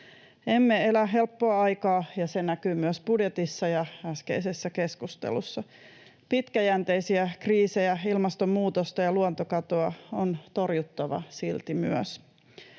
Emme elä helppoa aikaa, ja se näkyy myös budjetissa ja äskeisessä keskustelussa. Myös pitkäjänteisiä kriisejä, ilmastonmuutosta ja luontokatoa, on silti torjuttava. Arvoisa